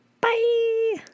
Bye